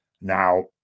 now